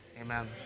Amen